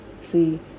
See